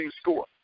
score